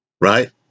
Right